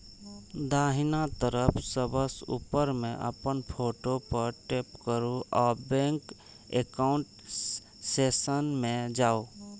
दाहिना तरफ सबसं ऊपर मे अपन फोटो पर टैप करू आ बैंक एकाउंट सेक्शन मे जाउ